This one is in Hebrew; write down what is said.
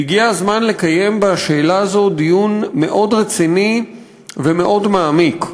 והגיע הזמן לקיים בשאלה הזו דיון מאוד רציני ומאוד מעמיק,